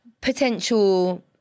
potential